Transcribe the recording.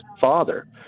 father